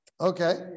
Okay